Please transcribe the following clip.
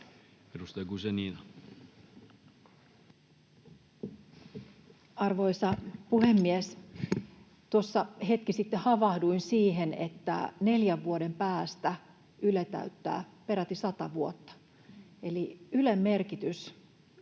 Arvoisa puhemies! Tuossa hetki sitten havahduin siihen, että neljän vuoden päästä Yle täyttää peräti 100 vuotta, eli Ylen merkitys